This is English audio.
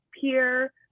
peer